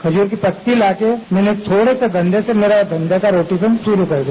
खजुर की पत्ती लाकर मैंने थोडे से धंधे से मेरा धंधे का रोटेशन शुरू हो गया